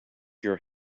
your